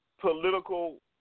political